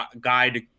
guide